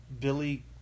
Billy